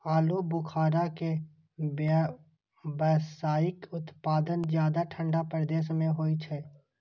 आलू बुखारा के व्यावसायिक उत्पादन ज्यादा ठंढा प्रदेश मे होइ छै